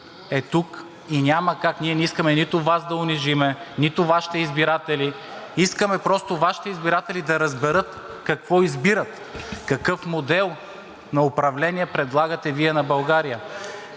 е тук и няма как, ние не искаме нито Вас да унижим, нито Вашите избиратели. Искаме просто Вашите избиратели да разберат какво избират, какъв модел на управление предлагате Вие на България.